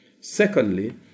Secondly